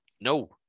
no